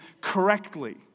correctly